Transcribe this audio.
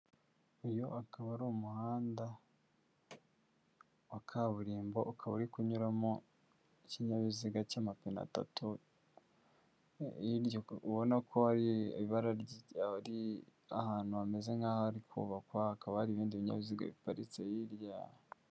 Uyu akaba ari umuhanda wa kaburimbo ukaba uri kunyuramo ikinyabiziga cy'amapine atatu, ubona ko ari ahantu hameze nk'ahari kubakwa, hakaba hari ibindi binyabiziga biparitse hirya.